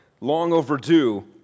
long-overdue